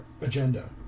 agenda